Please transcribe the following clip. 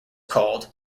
called